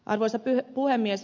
arvoisa puhemies